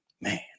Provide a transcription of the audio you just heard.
Man